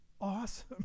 awesome